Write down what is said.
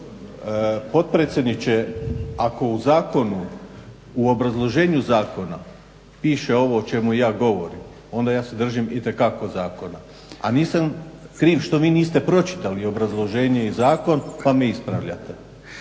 Potpredsjedniče, ako u zakonu u obrazloženju zakona piše ovo o čemu ja govorim, onda se ja držim itekako zakona. A nisam kriv što niste pročitali obrazloženje i zakon pa me ispravljate.